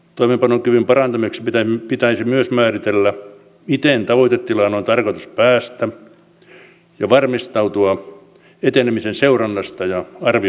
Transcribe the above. toimeenpanokyvyn parantamiseksi pitäisi myös määritellä miten tavoitetilaan on tarkoitus päästä ja varmistautua etenemisen seurannasta ja arvioinnista